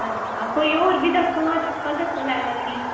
अच्छा कोई होर बी दस्सो आं चप्पल दस्सो आं नैलन दी